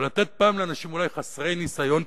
ולתת פעם אחת לאנשים חסרי ניסיון,